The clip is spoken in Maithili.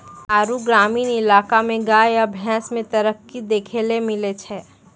आरु ग्रामीण इलाका मे गाय या भैंस मे तरक्की देखैलै मिलै छै